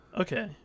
Okay